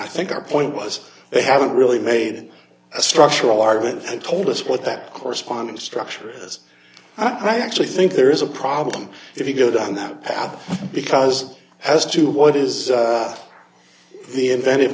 i think our point was they haven't really made a structural argument and told us what that correspondence structure is i actually think there is a problem if you go down that path because as to what is the invented